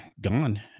gone